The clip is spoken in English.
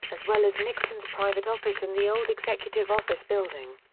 as well as nixon's private office in the old executive office building.